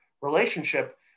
relationship